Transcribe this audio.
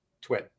twin